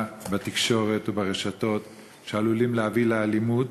בתקשורת וברשתות שעלולים להביא לאלימות,